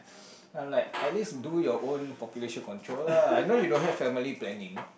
I'm like at least do your own population control lah I know you don't have family planning